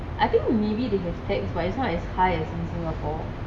I think maybe they have tax but it's not as high as in singapore